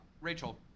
Rachel